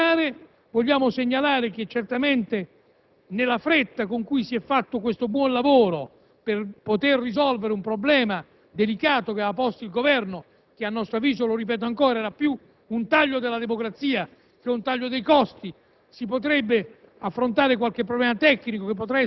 Credo, quindi, da questo punto di vista, che sia giusto votare. Vogliamo segnalare che certamente, data la fretta con cui è stato svolto questo buon lavoro per risolvere il delicato problema posto dal Governo che a nostro avviso, lo ripeto ancora, era più un taglio della democrazia che dei costi,